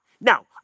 Now